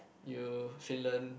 you Finland